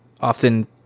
often